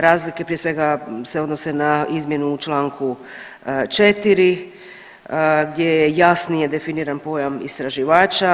Razlike prije svega se odnose na izmjene u Članku 4. gdje je jasnije definiran pojam istraživača.